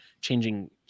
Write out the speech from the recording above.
changing